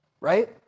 right